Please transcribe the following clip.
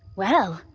well.